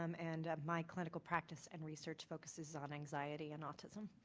um and my clinical practice and research focuses on anxiety in autism.